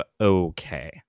okay